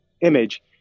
image